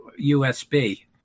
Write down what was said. USB